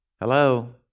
Hello